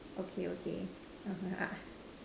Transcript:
okay okay